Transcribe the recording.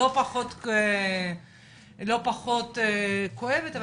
לא פחות כואבת,